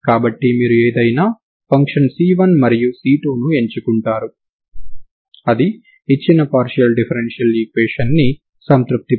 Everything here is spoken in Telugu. కాబట్టి మీరు పొటెన్షియల్ఎనర్జీ ని చెప్పగలరు